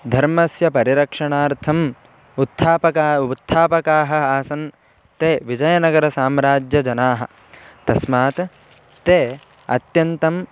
धर्मस्य परिरक्षणार्थम् उत्थापकाः उत्थापकाः आसन् ते विजयनगरसाम्राज्यजनाः तस्मात् ते अत्यन्तम् अत्यन्तम्